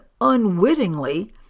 unwittingly